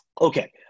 Okay